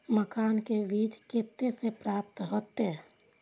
मखान के बीज कते से प्राप्त हैते?